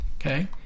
okay